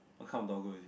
what kind of Dogo is it